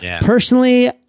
personally